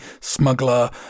smuggler